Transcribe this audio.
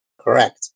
Correct